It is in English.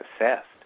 assessed